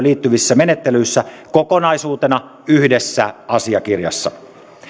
liittyvissä menettelyissä kokonaisuutena yhdessä asiakirjassa